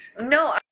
No